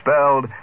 spelled